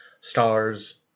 stars